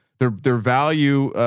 their their value,